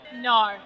No